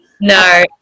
no